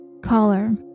Caller